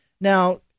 Now